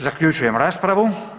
Zaključujem raspravu.